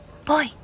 Boy